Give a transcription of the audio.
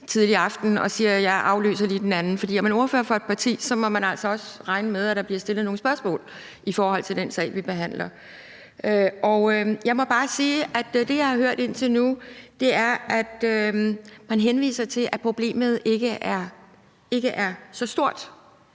tidlig aften og siger: Jeg afløser lige en anden. For er man ordfører for et parti, må man altså også regne med, at der bliver stillet nogle spørgsmål i forhold til den sag, vi behandler. Jeg må bare sige, at det, jeg har hørt indtil nu, er, at man henviser til, at problemet ikke er så stort